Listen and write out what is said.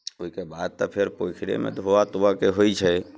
ओहिके बाद तऽ फेर पोखरिएमे धोवय तोवयके होइत छै